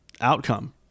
outcome